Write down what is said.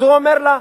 אז הוא אומר לה,